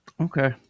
okay